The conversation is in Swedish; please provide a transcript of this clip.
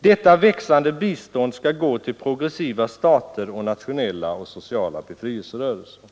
Detta växande bistånd skall gå till progressiva stater och nationella och sociala befrielserörelser.